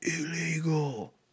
illegal